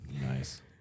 Nice